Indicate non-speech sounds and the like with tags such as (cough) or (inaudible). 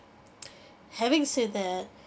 (noise) having said that